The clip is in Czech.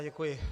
Děkuji.